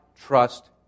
trust